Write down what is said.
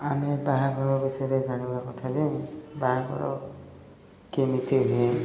ଆମେ ବାହାଘର ବିଷୟରେ ଜାଣିବା କଥା ଯେ ବାହାଘର କେମିତି ହୁଏ